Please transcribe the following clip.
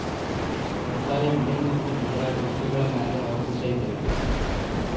ವ್ಯವಸಾಯ ಮಳಿ ಮತ್ತು ಬದಲಾಗೋ ಋತುಗಳ ಮ್ಯಾಲೆ ಅವಲಂಬಿಸೈತ್ರಿ